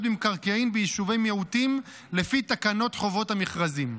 במקרקעין ביישובי מיעוטים לפי תקנות חובת המכרזים.